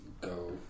go